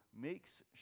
makes